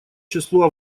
число